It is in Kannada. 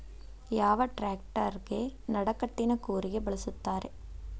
ಯಾವ ಟ್ರ್ಯಾಕ್ಟರಗೆ ನಡಕಟ್ಟಿನ ಕೂರಿಗೆ ಬಳಸುತ್ತಾರೆ?